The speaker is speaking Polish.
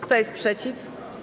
Kto jest przeciw?